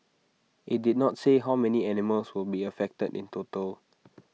IT did not say how many animals will be affected in total